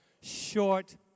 Short